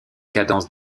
cadence